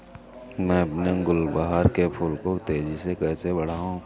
मैं अपने गुलवहार के फूल को तेजी से कैसे बढाऊं?